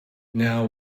now